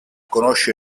conosce